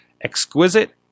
exquisite